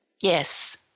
Yes